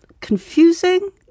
confusing